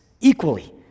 equally